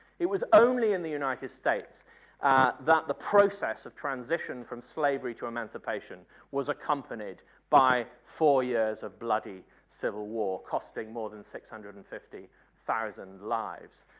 it was only in the united states that the process of transition from slavery to emancipation was accompanied by four years of bloody civil war, costing more that six hundred and fifty thousand lives.